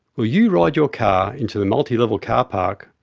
will you ride your car into the multi-level carpark,